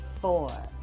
four